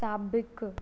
साबिक़ु